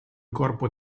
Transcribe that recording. corpo